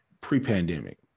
pre-pandemic